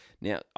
Now